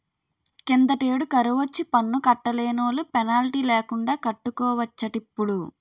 కిందటేడు కరువొచ్చి పన్ను కట్టలేనోలు పెనాల్టీ లేకండా కట్టుకోవచ్చటిప్పుడు